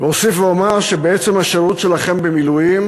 אוסיף ואומר שבעצם השירות שלכם במילואים